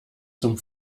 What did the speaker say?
zum